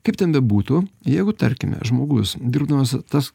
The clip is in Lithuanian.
kaip ten bebūtų jeigu tarkime žmogus dirbdamas tas